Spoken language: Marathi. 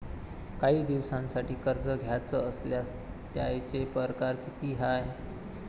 कायी दिसांसाठी कर्ज घ्याचं असल्यास त्यायचे परकार किती हाय?